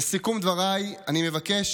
לסיכום דבריי, אני מבקש